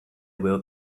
will